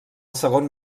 segon